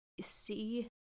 see